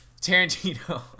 Tarantino